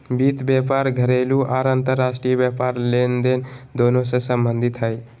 वित्त व्यापार घरेलू आर अंतर्राष्ट्रीय व्यापार लेनदेन दोनों से संबंधित हइ